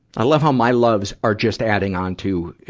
i love how my loves are just adding onto, ah,